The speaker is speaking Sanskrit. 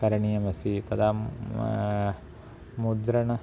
करणीयमस्ति तदा म मुद्रणं